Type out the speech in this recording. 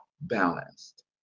balanced